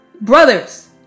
brothers